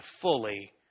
fully